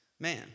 man